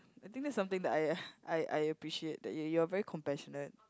I think that's something that I I I appreciate that you're very compassionate